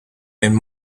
and